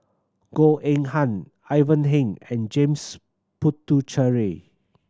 Goh Eng Han Ivan Heng and James Puthucheary